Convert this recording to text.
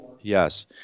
Yes